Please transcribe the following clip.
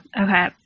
Okay